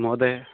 महोदय